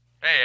hey